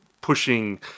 pushing